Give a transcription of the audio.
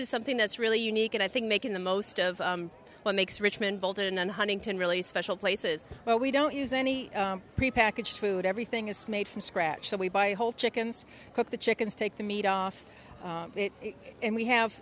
is something that's really unique and i think making the most of what makes richmond golden huntington really special places but we don't use any prepackaged food everything is made from scratch so we buy whole chickens cook the chickens take the meat off and we have